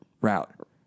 Route